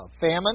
famine